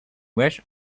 west